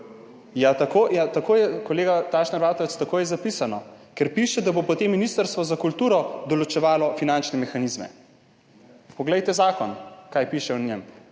Ja, tako je, kolega Tašner Vatovec, tako je zapisano, ker piše, da bo potem Ministrstvo za kulturo določevalo finančne mehanizme. Poglejte zakon, kaj piše v njem.